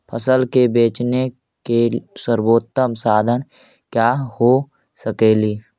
फसल के बेचने के सरबोतम साधन क्या हो सकेली?